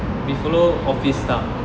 we follow office staff